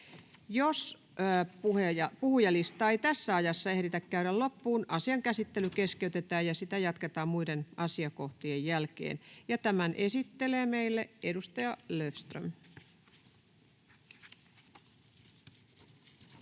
Jos puhujalistaa ei tässä ajassa ehditä käydä loppuun, asian käsittely keskeytetään ja sitä jatketaan muiden asiakohtien jälkeen. — Meille asian esittelee edustaja Sarkomaa,